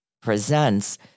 presents